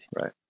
Right